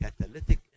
catalytic